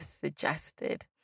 suggested